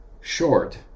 Short